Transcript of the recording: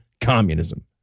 communism